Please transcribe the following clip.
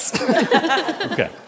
Okay